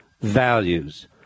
values